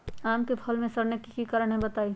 आम क फल म सरने कि कारण हई बताई?